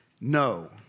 no